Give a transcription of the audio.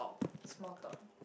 small talk